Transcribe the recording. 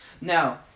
Now